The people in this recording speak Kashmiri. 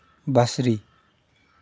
بصری